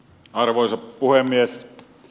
arvoisa puhemies